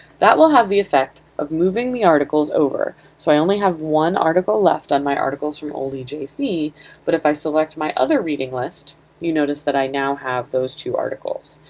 that will have the effect of moving the articles over so i only have one article left on my articles from old ejc but if i select my other reading list you notice that i now have those two articles.